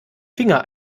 finger